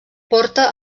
porta